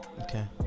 Okay